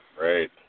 Right